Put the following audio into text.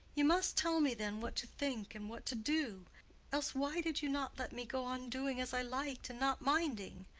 you must tell me then what to think and what to do else why did you not let me go on doing as i liked and not minding?